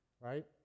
Right